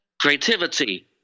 creativity